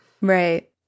Right